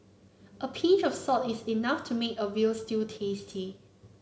a pinch of salt is enough to make a veal stew tasty